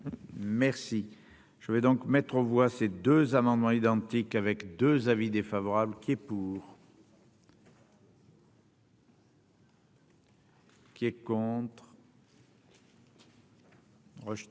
Merci. Je vais donc mettre aux voix, ces 2 amendements identiques avec 2 avis défavorable qui est pour. Qui est contre. Rejeté.